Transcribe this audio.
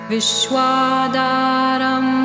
Vishwadaram